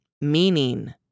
meaning